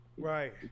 Right